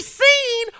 seen